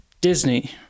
disney